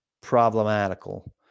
problematical